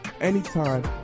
anytime